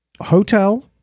hotel